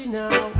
now